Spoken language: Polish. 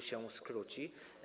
się skróci.